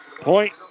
Point